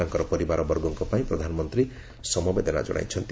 ତାଙ୍କର ପରିବାରବର୍ଗଙ୍କ ପାଇଁ ପ୍ରଧାନମନ୍ତ୍ରୀ ସମବେଦନା ଜଣାଇଛନ୍ତି